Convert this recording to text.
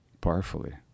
powerfully